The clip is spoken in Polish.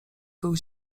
był